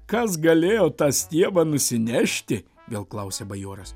kas galėjo tą stiebą nusinešti vėl klausia bajoras